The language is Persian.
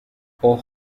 اوه